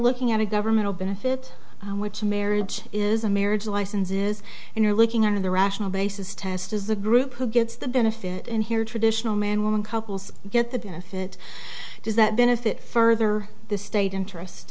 looking at a government benefit which marriage is a marriage licenses and you're looking at the rational basis test is the group who gets the benefit and here traditional man woman couples get the benefit does that benefit further the state interest